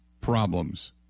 problems